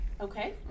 Okay